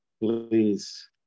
please